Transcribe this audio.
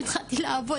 התחלתי לעבוד,